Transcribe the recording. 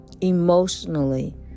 emotionally